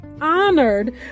honored